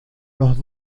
los